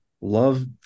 Love